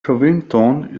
covington